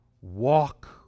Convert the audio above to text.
walk